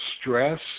stress